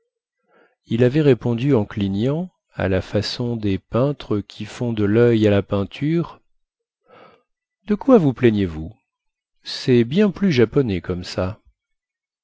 il avait répondu en clignant à la façon des peintres qui font de loeil à la peinture de quoi vous plaignez-vous cest bien plus japonais comme ça